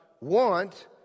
want